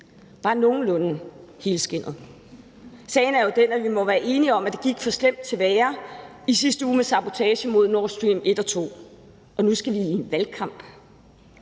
bare nogenlunde helskindet. Sagen er jo den, at vi må være enige om, at det gik fra slemt til værre i sidste uge med sabotagen mod Nord Stream 1 og 2, og nu skal vi ud i en valgkamp.